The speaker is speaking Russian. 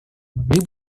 могли